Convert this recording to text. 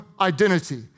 identity